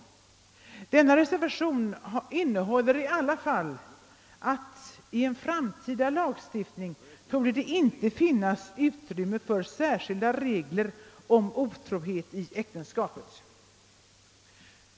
I denna reservation uttalas i alla fall att det i en framtida lagstiftning inte finnns utrymme för särskilda regler om otrohet i äktenskapet.